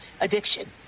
addiction